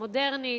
מודרנית,